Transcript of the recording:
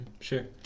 Sure